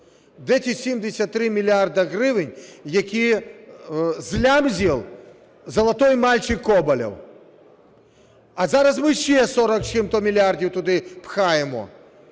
Де ці 73 мільярди гривень, які "слямзил" "золотой мальчик" Коболєв? А зараз ми ще 40 з чимось мільярдів туди пхаємо.